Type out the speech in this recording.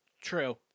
True